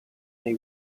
nei